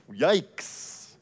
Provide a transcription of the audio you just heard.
Yikes